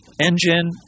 engine